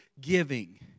giving